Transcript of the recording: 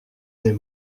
des